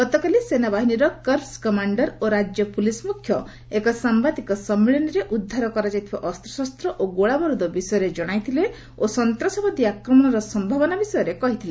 ଗତକାଲି ସେନାବାହିନୀର corps commander ଓ ରାଜ୍ୟ ପୁଲିସ୍ ମୁଖ୍ୟ ଏକ ସାମ୍ଭାଦିକ ସମ୍ମିଳନୀରେ ଉଦ୍ଧାର କରାଯାଇଥିବା ଅସ୍ତ୍ରଶସ୍ତ ଓ ଗୋଳାବାରୁଦ ବିଷୟରେ ଜଣାଇଥିଲେ ଓ ସନ୍ତାସବାଦୀ ଆକ୍ରମଣର ସମ୍ଭାବନା ବିଷୟରେ କହିଥିଲେ